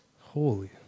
Holy